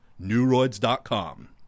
neuroids.com